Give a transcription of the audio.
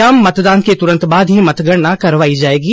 शाम मतदान के तुरंत बाद ही मतगणना करवाई जाएगी